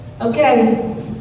Okay